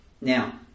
Now